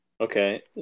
Okay